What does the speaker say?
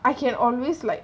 I can always like